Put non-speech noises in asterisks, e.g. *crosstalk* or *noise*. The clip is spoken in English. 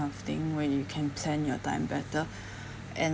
of thing where you can spend your time better *breath* and